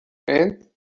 and